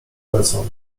lecą